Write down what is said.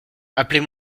appelez